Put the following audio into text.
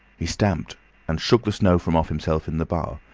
he stamped and shook the snow from off himself in the bar,